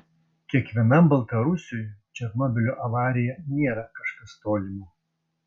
kiekvienam baltarusiui černobylio avarija nėra kažkas tolimo